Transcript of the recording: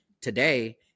today